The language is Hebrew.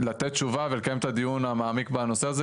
לתת תשובה ולקיים את הדיון המעמיק בנושא הזה,